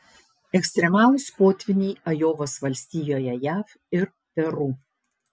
ekstremalūs potvyniai ajovos valstijoje jav ir peru